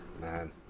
Man